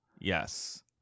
Yes